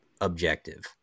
objective